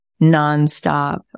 nonstop